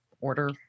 order